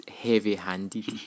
heavy-handed